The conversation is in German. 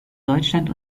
deutschland